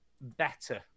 better